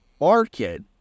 market